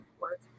work